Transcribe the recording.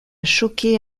choqué